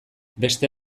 beste